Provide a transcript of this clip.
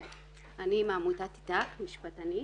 כן, אני מעמותת אית"ך-מעכי, משפטנית.